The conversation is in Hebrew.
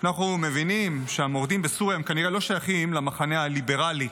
כשאנחנו מבינים שהמורדים בסוריה כנראה לא שייכים למחנה הליברלי,